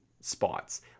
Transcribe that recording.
spots